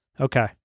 okay